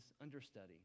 understudy